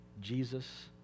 Jesus